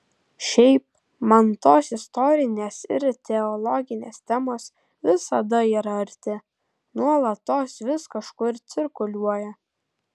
šiaip man tos istorinės ir teologinės temos visada yra arti nuolatos vis kažkur cirkuliuoja